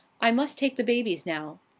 i must take the babies now.